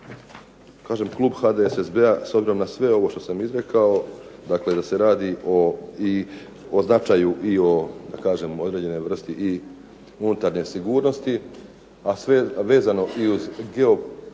klub HDSSB-a s obzirom na sve ovo što sam izrekao, dakle da se radi i o značaju i o da kažem određenoj vrsti i unutarnje sigurnosti, a vezano i uz geostrateški,